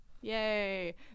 yay